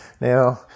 now